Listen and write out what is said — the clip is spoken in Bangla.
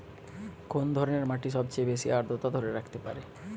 কোন ধরনের মাটি সবচেয়ে বেশি আর্দ্রতা ধরে রাখতে পারে?